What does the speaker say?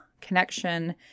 connection